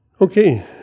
Okay